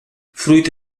fruit